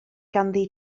ganddi